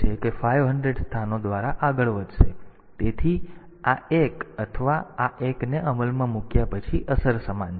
તેથી આનો અર્થ એ છે કે 500 સ્થાનો દ્વારા આગળ વધો તેથી આ એક અથવા આ એકને અમલમાં મૂક્યા પછી અસર સમાન છે